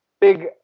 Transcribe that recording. big